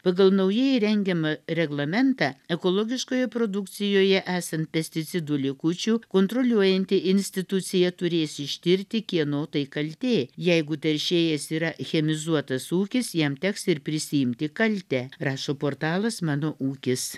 pagal naujai rengiamą reglamentą ekologiškoje produkcijoje esant pesticidų likučių kontroliuojanti institucija turės ištirti kieno tai kaltė jeigu teršėjas yra chemizuotas ūkis jam teks ir prisiimti kaltę rašo portalas mano ūkis